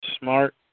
Smart